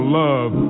love